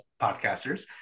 podcasters